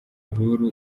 lulu